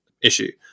issue